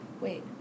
Wait